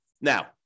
Now